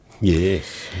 Yes